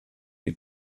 die